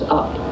up